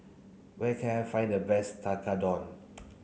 where can I find the best Tekkadon